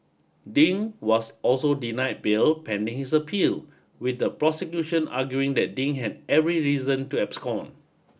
Ding was also denied bail pending his appeal with the prosecution arguing that Ding had every reason to abscond